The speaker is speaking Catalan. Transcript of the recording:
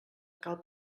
cal